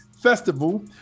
Festival